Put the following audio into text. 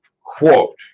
quote